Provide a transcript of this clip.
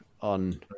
on